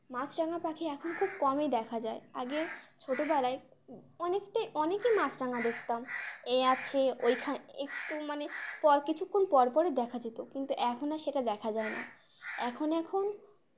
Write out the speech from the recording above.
মাছরাঙা পাখি এখন খুব কমই দেখা যায় আগে ছোটবেলায় অনেকটাই অনেকই মাছরাঙা দেখতাম এ আছে ওইখানে একটু মানে পর কিছুক্ষণ পর পরই দেখা যেত কিন্তু এখন আর সেটা দেখা যায় না এখন এখন